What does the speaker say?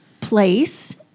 place